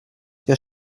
der